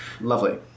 Lovely